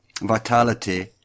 vitality